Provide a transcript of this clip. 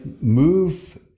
move